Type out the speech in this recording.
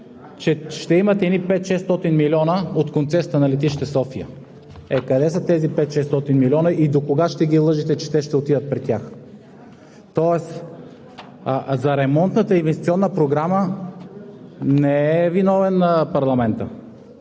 че ще имат едни 500 – 600 милиона от концесията на летище София. Е, къде са тези 500 – 600 милиона и докога ще ги лъжете, че те ще отидат при тях? Тоест за Ремонтната и Инвестиционната програма не е виновен парламентът,